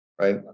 right